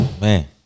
Man